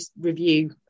review